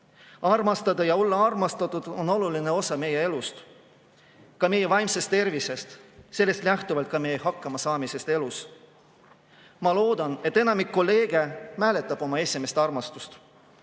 armastada ja olla armastatud on oluline osa meie elust, ka meie vaimsest tervisest, sellest lähtuvalt ka meie hakkamasaamisest elus. Ma loodan, et enamik kolleege mäletab oma esimest armastust.